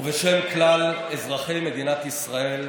ובשם כלל אזרחי מדינת ישראל,